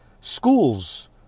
Schools